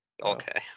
Okay